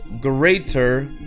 greater